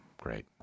Great